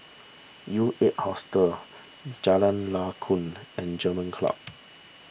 U eight Hostel Jalan Lakum and German Club